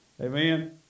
Amen